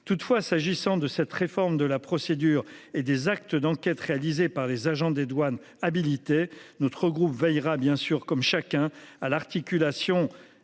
Toutefois, s'agissant de cette réforme de la procédure et des actes d'enquête réalisée par les agents des douanes habilités notre groupe veillera bien sûr comme chacun à l'articulation.